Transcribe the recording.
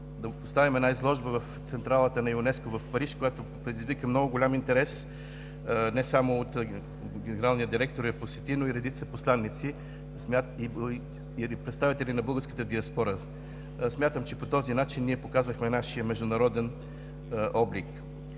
да поставим една изложба в централата на ЮНЕСКО в Париж, която предизвика много голям интерес – посети я не само генералният директор, но и редица посланици и представители на българската диаспора. Смятам, че по този начин ние показахме нашия международен облик.